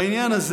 בעניין הזה